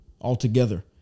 altogether